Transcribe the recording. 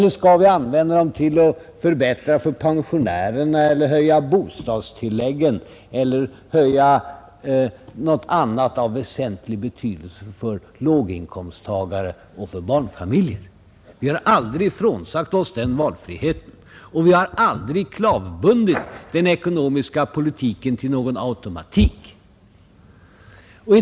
Vi kan använda den till att förbättra villkoren för pensionärer, höja bostadstilläggen eller göra någonting annat av väsentlig betydelse för låginkomsttagare och barnfamiljer. Vi har aldrig klavbundit den ekonomiska politiken till någon automatik.